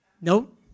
Nope